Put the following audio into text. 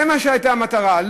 זו הייתה המטרה,